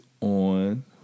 on